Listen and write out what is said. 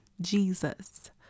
Jesus